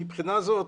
מבחינה זאת,